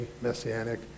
Messianic